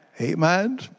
Amen